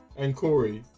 and corey